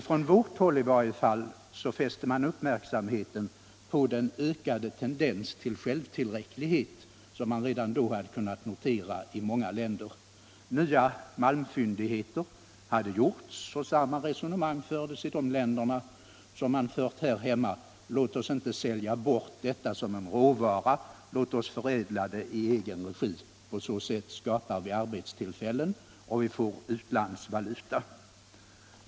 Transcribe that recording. Från vårt håll, i varje fall, fäste man uppmärksamheten på den ökade tendens till självtillräcklighet som man redan då hade kunnat notera i många länder. Nya malmfyndigheter hade gjorts och samma resonemang fördes i de länderna som man fört här hemma: Låt oss inte sälja bort malmen som en råvara. Låt oss förädla den i egen regi. På så sätt skapar vi arbetstillfällen och vi får utlandsvaluta.